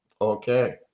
Okay